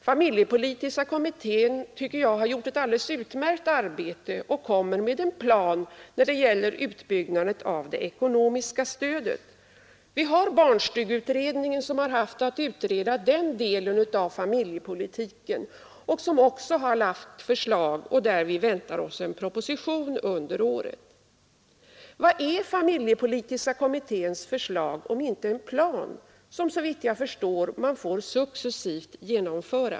Familjepolitiska kommittén har, tycker jag, gjort ett alldeles utmärkt arbete och lagt fram en plan när det gäller utformningen av det ekonomiska stödet. Vi har barnstugeutredningen, som har haft att utreda den delen av familjepolitiken och som också har lagt fram förslag. Vi väntar oss på det området en proposition under året. Vad är familjepolitiska kommitténs förslag om inte en plan som man, såvitt jag förstår, får genomföra successivt?